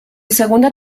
segunda